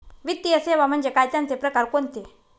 वित्तीय सेवा म्हणजे काय? त्यांचे प्रकार कोणते?